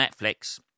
Netflix